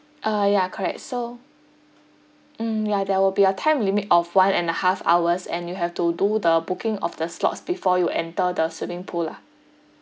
uh ya correct so mm ya there will be a time limit of one and a half hours and you have to do the booking of the slots before you enter the swimming pool lah